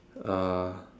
uh